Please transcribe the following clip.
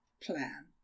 plan